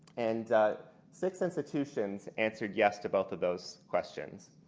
and six institutions answered yes to both of those questions.